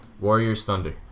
Warriors-Thunder